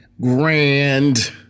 grand